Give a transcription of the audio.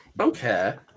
Okay